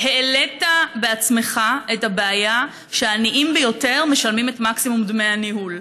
העלית בעצמך את הבעיה שהעניים ביותר משלמים את מקסימום דמי הניהול.